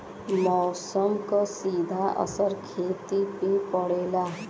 मौसम क सीधा असर खेती पे पड़ेला